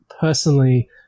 personally